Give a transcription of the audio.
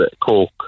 Coke